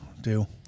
Deal